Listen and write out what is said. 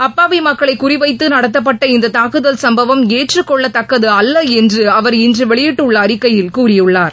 அப்பாவி மக்களை குறிவைத்து நடத்தப்பட்ட இந்த தாக்குதல் சம்பவம் ஏற்றுக்கொள்ளத்தக்கதல்ல என்று அவர் இன்று வெளியிட்டுள்ள அறிக்கையில் கூறியுள்ளார்